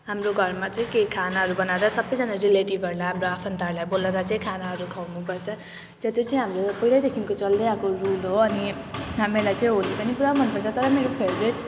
हाम्रो घरमा चाहिँ केही खानाहरू बनाएर सबैजना रिलेटिभहरूलाई हाम्रो आफन्तहरूलाई बोलाएर चाहिँ खानाहरू खुवाउनुपर्छ र त्यो चाहिँ हाम्रो पहिलेदेखिको चल्दैआएको रुल हो अनि हामीहरूलाई चाहिँ होली पनि पुरा मनपर्छ तर मेरो फेभरेट